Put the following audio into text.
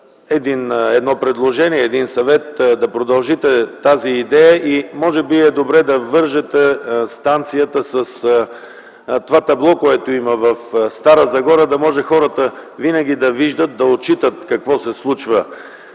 Едно предложение, един съвет – да продължите тази идея. Може би е добре да вържете станцията с това табло в Стара Загора, за да може хората винаги да виждат, да отчитат какво се случва.